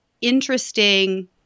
interesting